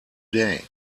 day